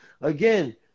Again